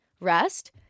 rest